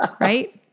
right